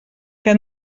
que